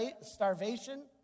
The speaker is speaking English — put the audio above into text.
starvation